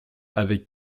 avec